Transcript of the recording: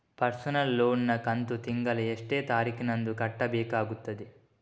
Personal loan ನ ಕಂತು ತಿಂಗಳ ಎಷ್ಟೇ ತಾರೀಕಿನಂದು ಕಟ್ಟಬೇಕಾಗುತ್ತದೆ?